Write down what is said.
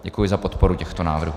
Děkuji za podporu těchto návrhů.